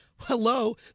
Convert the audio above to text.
hello